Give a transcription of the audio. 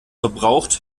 verbraucht